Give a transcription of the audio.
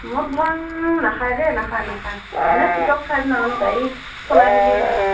মদ ভাং নাখায় দে নাখায় নাখায় এনে পিছত খায় যদি নেজানো গাড়ী চলাই থাকিলে নেখায়